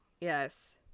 Yes